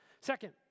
Second